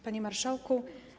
Panie Marszałku!